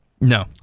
No